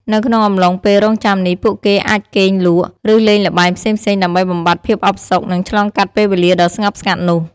នៅក្នុងអំឡុងពេលរង់ចាំនេះ ពួកគេអាចគេងលក់ ឬលេងល្បែងផ្សេងៗដើម្បីបំបាត់ភាពអផ្សុក និងឆ្លងកាត់ពេលវេលាដ៏ស្ងប់ស្ងាត់នោះ។